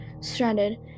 stranded